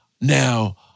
Now